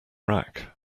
rack